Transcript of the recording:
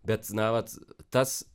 bet na vat tas